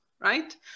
right